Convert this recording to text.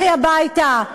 לכי הביתה,